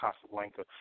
Casablanca